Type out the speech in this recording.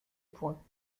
point